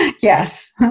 Yes